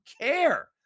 care